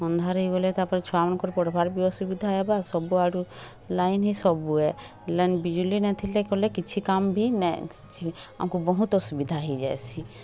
ଅନ୍ଧାର ହେଇଗଲେ ତା'ପରେ ଛୁଆମାନଙ୍କର ପଢ଼ବାର୍ ବି ଅସୁବିଧା ହେବା ସବୁଆଡ଼ୁ ଲାଇନ୍ ହିଁ ସବୁ ଏ ଲାଇନ୍ ବିଜୁଳି ନାଇଁ ଥିଲେ କଲେ କିଛି କାମ୍ ବି ନାଇଛି ଆମକୁ ବହୁତ ଅସୁବିଧା ହେଇ ଯାଏସି